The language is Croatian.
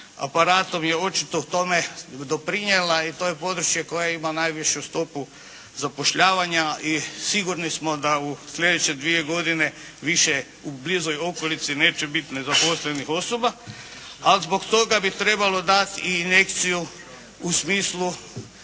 aparatom je očito tome doprinijela i to je područje koje ima najvišu stopu zapošljavanja. I sigurni smo da u sljedeće dvije godine više u bližoj okolici neće biti nezaposlenih osoba. A zbog toga bi trebalo dati i injekciju u smislu